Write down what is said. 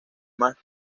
más